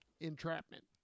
entrapment